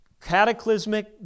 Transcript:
cataclysmic